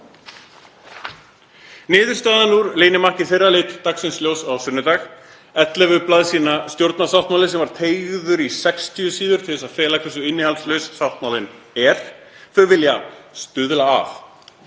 Niðurstaðan úr leynimakki þeirra leit dagsins ljós á sunnudag: Ellefu blaðsíðna stjórnarsáttmáli sem var teygður í 60 síður til að fela hversu innihaldslaus sáttmálinn er. Þau vilja stuðla að,